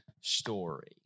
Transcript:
story